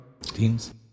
teams